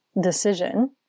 decision